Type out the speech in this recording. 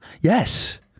Yes